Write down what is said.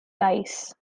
dice